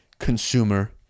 consumer